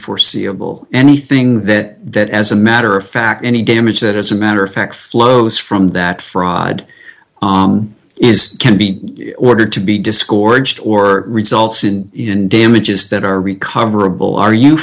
foreseeable anything that that as a matter of fact any damage that as a matter of fact flows from that fraud is can be ordered to be discords or results in damages that are recoverable are you